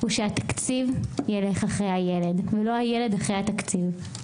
הוא שהתקציב ילך אחרי הילד ולא הילד אחרי התקציב.